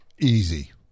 Easy